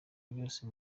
byose